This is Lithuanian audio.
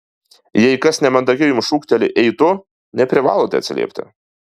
jei kas nemandagiai jums šūkteli ei tu neprivalote atsiliepti